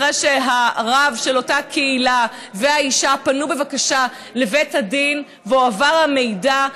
אחרי שהרב של אותה קהילה והאישה פנו בבקשה לבתי הדין והועבר המידע,